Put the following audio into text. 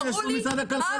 תראו מה המשמעות.